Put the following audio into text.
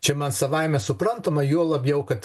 čia man savaime suprantama juo labiau kad